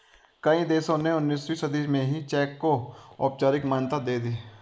कई देशों ने उन्नीसवीं सदी में ही चेक को औपचारिक मान्यता दे दी